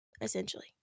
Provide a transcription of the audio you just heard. essentially